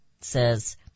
says